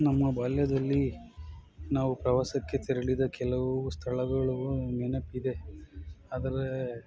ನಮ್ಮ ಬಾಲ್ಯದಲ್ಲಿ ನಾವು ಪ್ರವಾಸಕ್ಕೆ ತೆರಳಿದ ಕೆಲವು ಸ್ಥಳಗಳು ನೆನಪಿದೆ ಆದರೆ